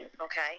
Okay